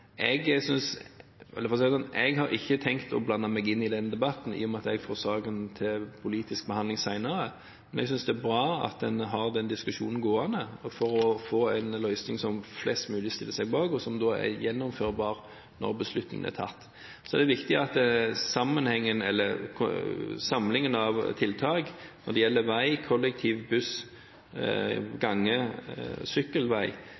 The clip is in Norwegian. Jeg har ikke tenkt å blande meg inn i den debatten, i og med at jeg får saken til politisk behandling senere. Men jeg synes det er bra at man har den diskusjonen gående for å få en løsning som flest mulig stiller seg bak, og som er gjennomførbar når beslutningen er tatt. Så er det viktig at samlingen av tiltak når det gjelder vei, kollektiv, buss, gange og sykkelvei,